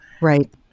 Right